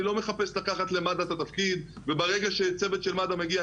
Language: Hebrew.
אני לא מחפש לקחת למד"א את התפקיד וברגע שצוות של מד"א מגיע,